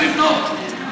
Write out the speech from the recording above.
לבנות.